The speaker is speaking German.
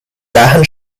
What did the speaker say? dahin